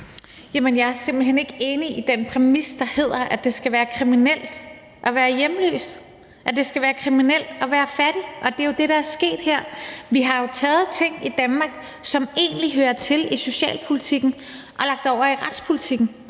jeg er simpelt hen ikke enig i den præmis, der hedder, at det skal være kriminelt at være hjemløs, at det skal være kriminelt at være fattig. Det er jo det, der er sket her. Vi har jo taget ting i Danmark, som egentlig hører til i socialpolitikken, og lagt dem over i retspolitikken,